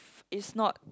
is not